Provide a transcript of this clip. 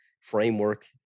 framework